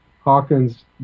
Hawkins